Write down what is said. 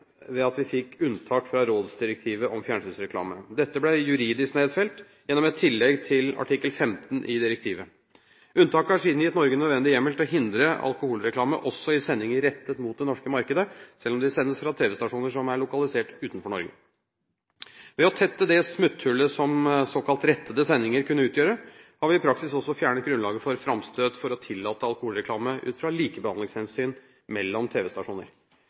ved at vi fikk unntak fra rådsdirektivet om fjernsynsreklame. Dette ble juridisk nedfelt gjennom et tillegg til artikkel 15 i direktivet. Unntaket har siden gitt Norge nødvendig hjemmel til å hindre alkoholreklame også i sendinger rettet mot det norske markedet, selv om de sendes fra tv-stasjoner som er lokalisert utenfor Norge. Ved å tette det smutthullet som såkalt rettede sendinger kunne utgjøre, har vi i praksis også fjernet grunnlaget for framstøt for å tillate alkoholreklame ut fra likebehandlingshensyn mellom